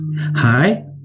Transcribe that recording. Hi